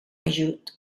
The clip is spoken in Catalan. ajut